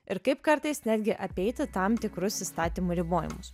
ir kaip kartais netgi apeiti tam tikrus įstatymų ribojimus